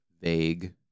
vague